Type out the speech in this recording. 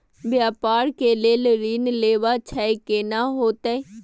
व्यापार के लेल ऋण लेबा छै केना होतै?